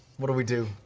what do we do?